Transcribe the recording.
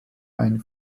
ein